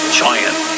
giant